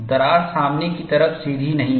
दरार सामने की तरफ सीधी नहीं है